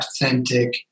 authentic